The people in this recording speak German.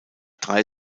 drei